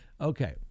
Okay